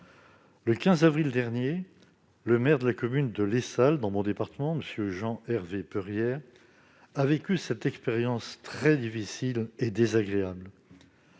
Le 15 avril dernier, le maire de la commune de Les Salles, dans mon département, M. Jean-Hervé Peurière, a vécu cette expérience très difficile et désagréable.